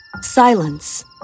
Silence